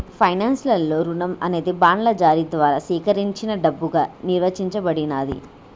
finance లలో రుణం అనేది బాండ్ల జారీ ద్వారా సేకరించిన డబ్బుగా నిర్వచించబడినాది